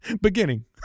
Beginning